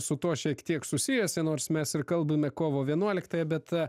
su tuo šiek tiek susijusi nors mes ir kalbame kovo vienuoliktąją bet